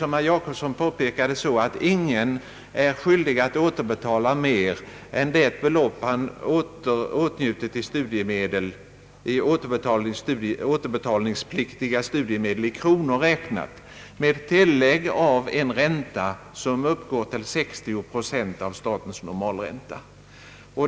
Som herr Jacobsson påpekade, är ingen skyldig att återbetala mer än det belopp han åtnjutit av åter betalningspliktiga studiemedel i kronor räknat med tillägg av en ränta, som uppgår till 60 procent av statens normalränta.